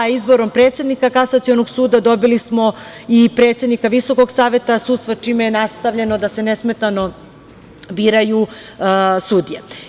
Izborom predsednika Kasacionog suda dobili smo i predsednika Visokog saveta sudstva, čime je nastavljeno da se nesmetano biraju sudije.